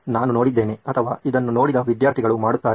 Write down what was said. ನಾನು ನೋಡಿದ್ದೇನೆ ಅಥವಾ ಇದನ್ನು ನೋಡಿದ ವಿದ್ಯಾರ್ಥಿಗಳು ಮಾಡುತ್ತಾರೆ